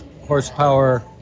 horsepower